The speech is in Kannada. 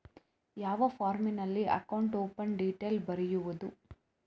ಯಾವ ಫಾರ್ಮಿನಲ್ಲಿ ಅಕೌಂಟ್ ಓಪನ್ ಡೀಟೇಲ್ ಬರೆಯುವುದು?